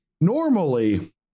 normally